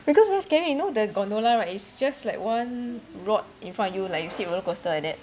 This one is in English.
because very scary you know the gondola right it's just like one rod in front of you like you sit roller coaster like that